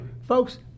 folks